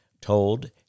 Told